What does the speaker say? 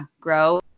grow